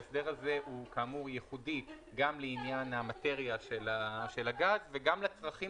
ההסדר הזה הוא כאמור ייחודי גם לעניין המטריה של הגז וגם לצרכים